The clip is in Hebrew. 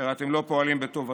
שהרי אתם לא פועלים בטובתה,